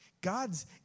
God's